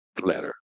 letter